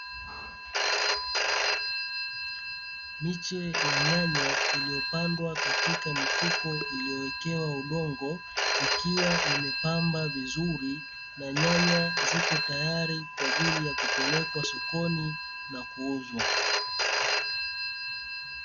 Miche ya nyanya iliyopandwa katika mifuko iliyowekewa udongo, ikiwa imepamba vizuri na nyanya ziko tayari kwa ajili ya kupelekwa sokoni na kuuzwa.